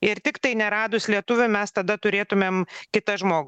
ir tiktai neradus lietuvių mes tada turėtumėm kitą žmogų